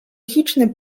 chiczny